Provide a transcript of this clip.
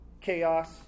Chaos